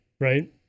right